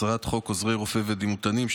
הצעת חוק רופא ודימותנים,